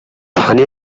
таны